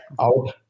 out